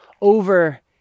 over